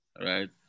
right